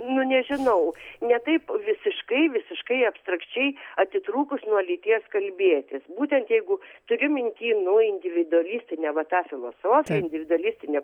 nu nežinau ne taip visiškai visiškai abstrakčiai atitrūkus nuo lyties kalbėtis būtent jeigu turiu minty nu individualistinę va tą filosofiją individualistinę